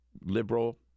liberal